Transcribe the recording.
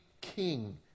king